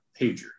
pager